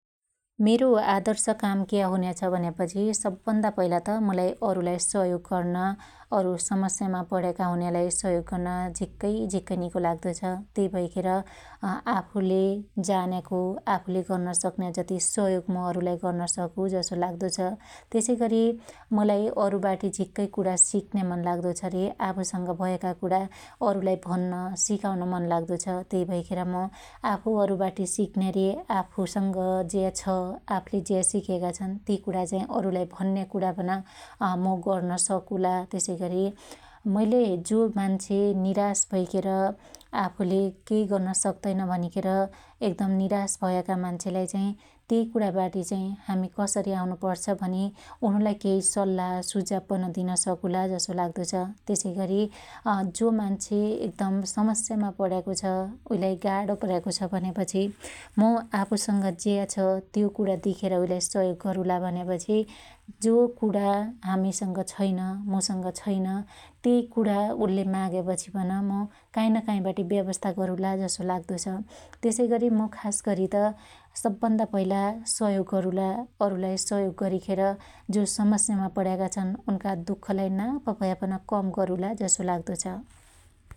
मेरो आदर्श काम क्या हुन्या छ भन्यापछि सब भन्दा पइला त मुलाई अरुलाई सहयोग गर्न, अरु समस्यामा पण्याका हुन्यालाई सहयोग गर्न झिक्कै झीक्कै निको लाग्दो छ । त्यइ भैखेर आफुले जान्याको ,आफुले गर्न सक्न्या जति सहयोग म अरुलाई गर्न सकु जसो लाग्दो छ । त्यसैगरी मुलाई अरुबाटी झिक्कै कुणा सिक्न्या मन लाग्दो छ रे आफुस‌ग भयाका कुणा अरुलाई भन्न सिकाउन मन लाग्दो छ । त्यइ भैखेर मु आफुअरुबाटी सिक्न्या रे आफुस‌ंग ज्या छ आफूले ज्या सिक्याका छन् ति कुणा चाइ अरुलाई भन्यापन कुणापन अमु गर्न सकुला । त्यसैगरी मैले जो मान्छे निराश भैखेर आफुले केइ गर्न सक्तैन भनिखेर एकदम निराश भयाका मान्छेलाई त्यई कुणाकाटी चाइ हामि कसरी आउनु पण्छ भनि उनुलाई केहि सल्लाह सुझाव पन दिन सकुला जसो लाग्दो छ । त्यसैगरी जो मान्छे एकदम समस्यामा पण्याको छ उइलाई गाणो पण्याको छ भन्यापछि मु आपुसंग ज्या छ त्यो कुणा दिखेर उइलाई सहयोग गरुला भन्यापछि जो कुणा हामिसंग छैन मुसंग छैन त्यइ कुणा उल्ले माग्यापछि पन मु काइनकाई बाटी व्यावस्ता गरुला जसो लाग्दो छ । त्यसैगरी मु खासगरीत सब भन्दा पहिला सहयोग गरुला अरुलाई सहयोग गरिखेर जो समस्यामा पण्याका छन उनका दुखलाई नाप भयापन कम गरुला जसो लाग्दो छ ।